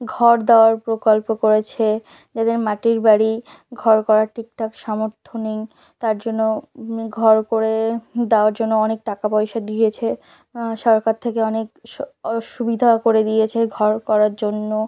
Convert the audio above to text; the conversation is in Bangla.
ঘর দেওয়ার প্রকল্প করেছে যাদের মাটির বাড়ি ঘর করার ঠিকঠাক সামর্থ্য নেই তার জন্য ঘর করে দাওয়ার জন্য অনেক টাকা পয়সা দিয়েছে সরকার থেকে অনেক সঅ সুবিধা করে দিয়েছে ঘর করার জন্য